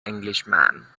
englishman